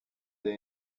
they